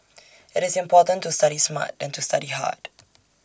IT is important to study smart than to study hard